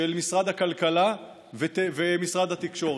של משרד הכלכלה ומשרד התקשורת.